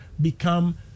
become